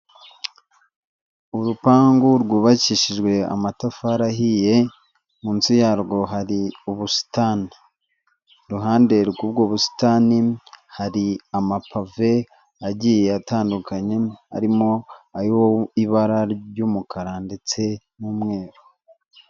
Urupangu rwubakishijwe amatafari ahiye munsi yarwo hari ubusitani iruhande rw'ubwo busitani hari amapave agiye atandukanye, arimo ay'ibara ry'umukara ndetse n'umweru.